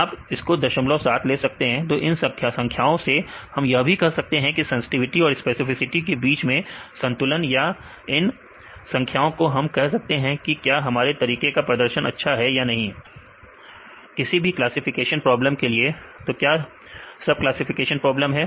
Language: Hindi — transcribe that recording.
आप इसको 07 ले सकते हैं तो इन संख्याओं से हम यह कह सकते हैं सेंसटिविटी और स्पेसिफिसिटी के बीच में संतुलन या इन संख्याओं से हम कह सकते हैं की क्या हमारे तरीके का प्रदर्शन अच्छा है या नहीं किसी भी क्लासिफिकेशन प्रॉब्लम के लिए तो क्या सब क्लासिफिकेशन प्रॉब्लम है